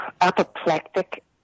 apoplectic